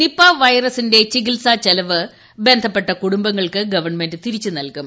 Nipah വൈറസിന്റെ ചികിത്സാ ചെലവ് ബ്സ്ട്പ്പെട്ട കുടുംബങ്ങൾക്ക് ഗവൺമെന്റ് തിരിച്ച് നൽകും